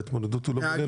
ההתמודדות היא לא מולנו,